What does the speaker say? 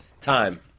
Time